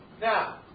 Now